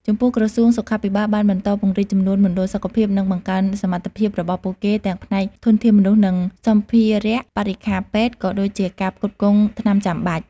ចំពោះក្រសួងសុខាភិបាលបានបន្តពង្រីកចំនួនមណ្ឌលសុខភាព និងបង្កើនសមត្ថភាពរបស់ពួកគេ ទាំងផ្នែកធនធានមនុស្សនិងសម្ភារបរិក្ខារពេទ្យ ក៏ដូចជាការផ្គត់ផ្គង់ថ្នាំចាំបាច់។